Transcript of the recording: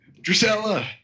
Drusella